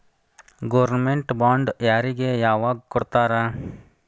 Government bond ಯಾರಿಗೆ ಯಾವಗ್ ಕೊಡ್ತಾರ?